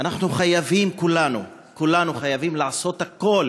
אנחנו חייבים, כולנו, כולנו חייבים לעשות הכול